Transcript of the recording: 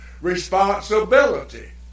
responsibility